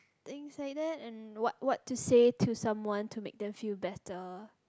things like that and what what to say to someone to made them feel better